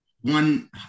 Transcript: one